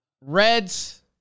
Reds